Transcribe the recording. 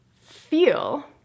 feel